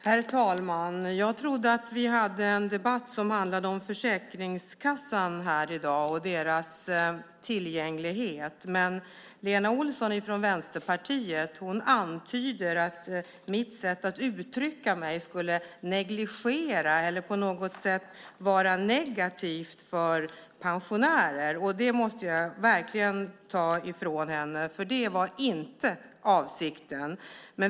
Herr talman! Jag trodde att vi i dag hade en debatt som handlade om Försäkringskassan och dess tillgänglighet, men Lena Olsson från Vänsterpartiet antyder att jag genom mitt sätt att uttrycka mig skulle negligera eller på något sätt vara negativ till pensionärer. Det måste jag verkligen ta ur henne, för det var inte avsikten.